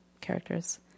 characters